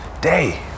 day